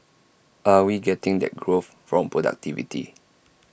are we getting that growth from productivity